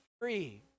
free